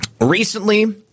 Recently